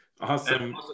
Awesome